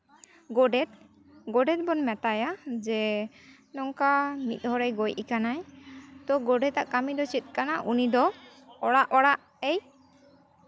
ᱜᱳᱰᱮᱛ ᱜᱳᱰᱮᱛ ᱵᱚᱱ ᱢᱮᱛᱟᱭᱟ ᱡᱮ ᱱᱚᱝᱠᱟ ᱢᱤᱫ ᱦᱚᱲᱮ ᱜᱚᱡ ᱟᱠᱟᱱᱟᱭ ᱛᱳ ᱜᱚᱰᱮᱛᱟᱜ ᱠᱟᱹᱢᱤ ᱫᱚ ᱪᱮᱫ ᱠᱟᱱᱟ ᱩᱱᱤ ᱫᱚ ᱚᱲᱟᱜ ᱚᱲᱟᱜ ᱮᱭ